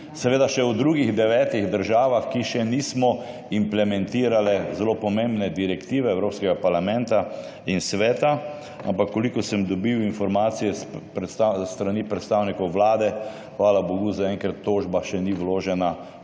seveda še o drugih devetih državah, ki še nismo implementirale zelo pomembne direktive Evropskega parlamenta in Sveta. Ampak kolikor sem dobil informacije s strani predstavnikov vlade, hvala bogu, zaenkrat tožba še ni vložena proti